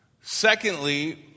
Secondly